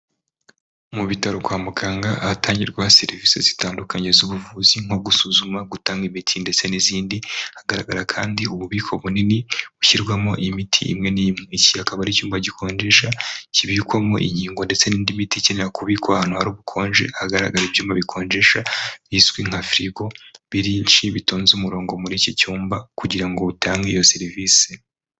Mu bitaro kwa muganga ahatangirwa serivisi zitandukanye z'ubuvuzi nko gusuzuma, gutanga imiti, ndetse n'izindi. Hagaragara kandi ububiko bunini bushyirwamo imiti imwe n'imwe. Iki akaba ari icyumba gikonjesha kibikwamo inkingo detse n'indi miti ikenera kubikwa ahantu hari ubukonje hagaragara ibyuma bikonjesha bizwi nka firigo birinshi bitonze umurongo muri iki cyumba kugirango ngo utange iyo serivisi.